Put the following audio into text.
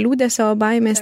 liūdesio baimės